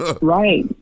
Right